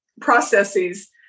processes